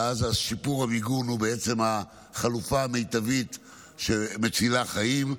ואז שיפור המיגון הוא בעצם חלופה מיטבית שמצילה חיים.